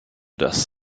das